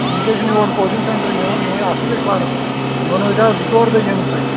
یِم کیٛازِ چھِنہٕ یوٗر کوٗچِنٛگ سینٛٹر یِوان یِم ہَے اصٕل ٲسۍ پران یِمَن وٲتۍ اَز زٕ ژوٗر دۅہ یِنسٕے